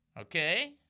Okay